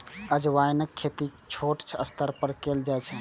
अजवाइनक खेती छोट स्तर पर कैल जाइ छै